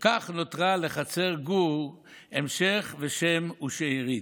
וכך נותרה לחצר גור המשך ושם ושארית,